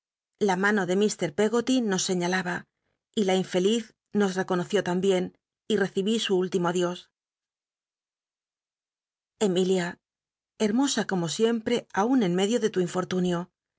la mano de ilr pcggoty nos seiíalaba y la infeliz nos econoció tambicn y recibí su último ndios emilia hcmosa como sicmpe aun en medio de lu infortunio